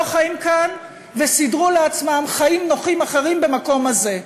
חיים כאן וסידרו לעצמם חיים נוחים אחרים במקום הזה.